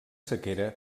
sequera